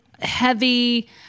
heavy